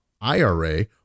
IRA